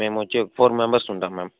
మేమొచ్చి ఒక four members ఉంటాం ma'am